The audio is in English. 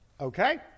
okay